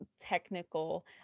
technical